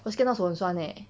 我 scan 到手很酸 eh